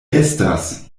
estas